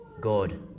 God